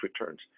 returns